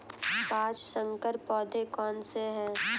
पाँच संकर पौधे कौन से हैं?